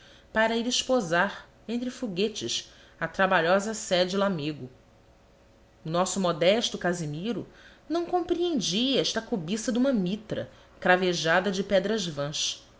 para ir esposar entre foguetes a trabalhosa sé de lamego o nosso modesto casimiro não compreendia esta cobiça de uma mitra cravejada de pedras vãs